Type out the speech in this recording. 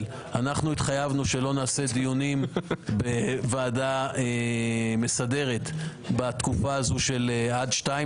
התחייבנו שלא נעשה דיונים בוועדה מסדרת בתקופה הזו של עד 14:00,